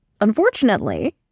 Unfortunately